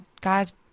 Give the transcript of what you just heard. guy's